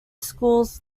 schools